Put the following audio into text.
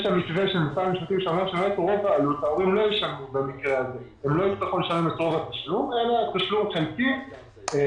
מי שנרשם, מקבל את התשלומים האלה.